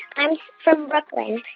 i'm from brooklyn.